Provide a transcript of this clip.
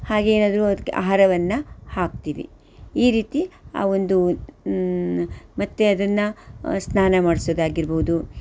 ಹಾಗೇ ಏನಾದ್ರೂ ಅದ್ಕೆ ಆಹಾರವನ್ನು ಹಾಕ್ತೀವಿ ಈ ರೀತಿ ಆ ಒಂದು ಮತ್ತು ಅದನ್ನು ಸ್ನಾನ ಮಾಡಿಸೋದಾಗಿರ್ಬಹ್ದು